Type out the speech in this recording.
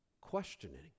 questioning